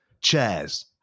Chairs